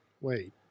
Wait